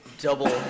double